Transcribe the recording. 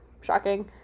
Shocking